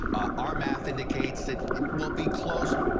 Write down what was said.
our math indicates it it will be close.